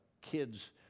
kids